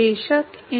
तो यह दिलचस्प है